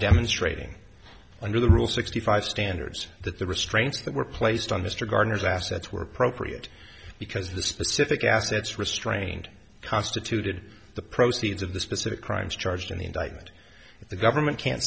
demonstrating under the rule sixty five standards that the restraints that were placed on mr garner's assets were appropriate because the specific assets restrained constituted the proceeds of the specific crimes charged in the indictment if the government can't